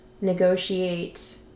negotiate